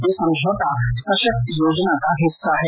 यह समझौता सशक्त योजना का हिस्सा है